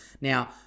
Now